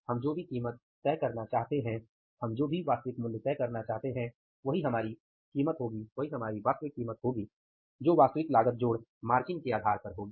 हम जो भी कीमत तय करना चाहते हैं वह वास्तविक कीमत होगी जो वास्तविक लागत जोड़ मार्जिन के आधार पर होगी